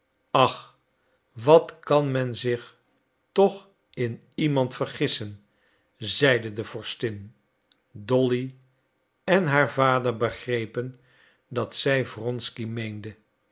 ach wat kan men zich toch in iemand vergissen zeide de vorstin dolly en haar vader begrepen dat zij wronsky meende